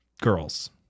girls